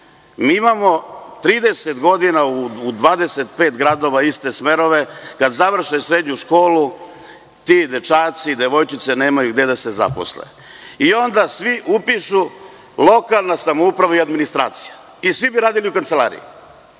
imamo u 25 gradova iste smerove. Kada završe srednju školu ti dečaci i devojčice nemaju gde da se zaposle i onda svi upišu – lokalna samouprava i administracija, i svi bi radili u administraciji.